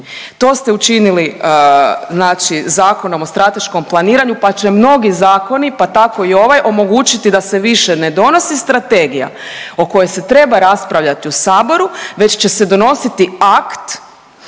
To ste učinili znači Zakonom o strateškom planiranju, pa će mnogi zakoni, pa tako i ovaj, omogućiti da se više ne donosi strategija o kojoj se treba raspravljati u Saboru, već se donositi akt